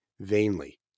vainly